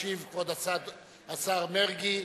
ישיב כבוד השר מרגי,